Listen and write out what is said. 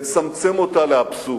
לצמצם אותה לאבסורד.